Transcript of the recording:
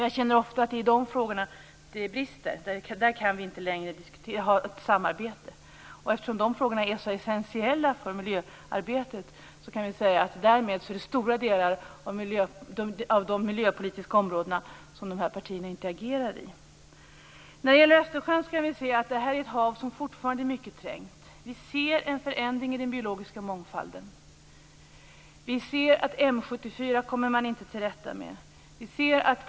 Jag känner ofta att det är i de frågorna som det brister. Där kan vi inte längre ha ett samarbete, och eftersom dessa frågor är så essentiella för miljöarbetet är det stora delar av miljöområdet som dessa partier inte agerar i. Östersjön är ett hav som fortfarande är mycket trängt. Vi ser en förändring i den biologiska mångfalden. Man kommer inte till rätta med M 74.